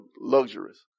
luxurious